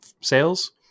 sales